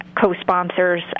co-sponsors